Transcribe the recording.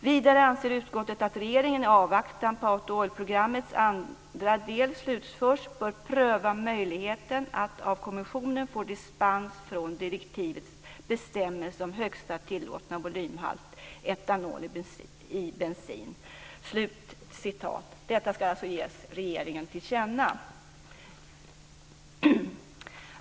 Vidare anser utskottet att regeringen i avvaktan på att Auto/oil-programmets andra del slutförs bör pröva möjligheten att av kommissionen få dispens från direktivets bestämmelse om högsta tillåtna volymhalt etanol i bensin." Detta ska alltså ges regeringen till känna.